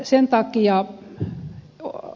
sen takia o o o o